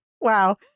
Wow